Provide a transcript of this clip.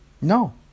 No